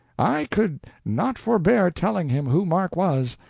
i could not forbear telling him who mark was,